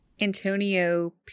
Antonio